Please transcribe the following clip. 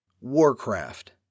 Warcraft